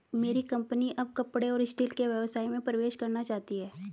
मेरी कंपनी अब कपड़े और स्टील के व्यवसाय में प्रवेश करना चाहती है